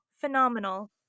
Phenomenal